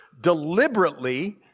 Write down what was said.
deliberately